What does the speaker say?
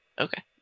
Okay